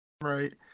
Right